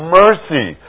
mercy